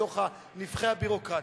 בתוך נבכי הדמוקרטיה.